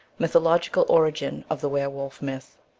mythological origin of the were-wolf myth.